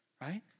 Right